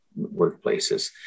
workplaces